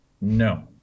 No